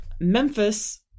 Memphis